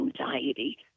anxiety